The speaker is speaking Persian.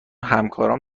همکارانم